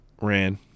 Ran